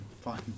fine